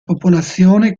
popolazione